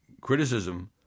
criticism